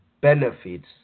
benefits